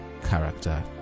character